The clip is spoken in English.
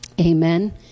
Amen